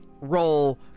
role